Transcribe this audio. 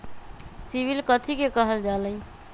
CIBIL कथि के काहल जा लई?